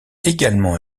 également